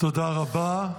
תודה רבה.